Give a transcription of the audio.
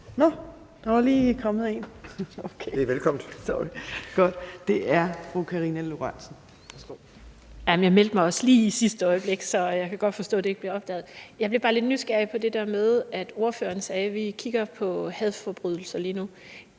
12:16 Karina Lorentzen Dehnhardt (SF): Jeg trykkede mig også ind lige i sidste øjeblik, så jeg kan godt forstå, at det ikke blev opdaget. Jeg blev bare lidt nysgerrig på det der med, at ordføreren sagde: Vi kigger på hadforbrydelser lige nu.